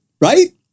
right